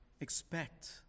expect